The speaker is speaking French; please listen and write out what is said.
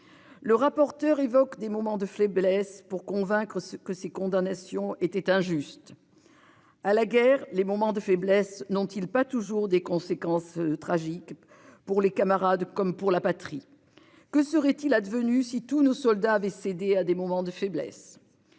Le rapporteur évoquent des moments de faiblesse pour convaincre que ces condamnations étaient injustes. À la guerre, les moments de faiblesse n'ont-ils pas toujours des conséquences tragiques pour les camarades comme pour la patrie. Que serait-il advenu si tous nos soldats avaient cédé à des moments de faiblesse.